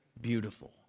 beautiful